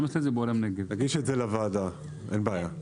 אין בעיה.